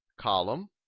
column